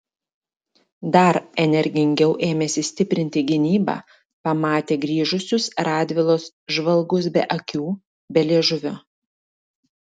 dar energingiau ėmėsi stiprinti gynybą pamatę grįžusius radvilos žvalgus be akių be liežuvio